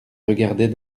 regardait